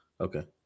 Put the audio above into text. okay